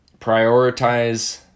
prioritize